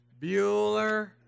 Bueller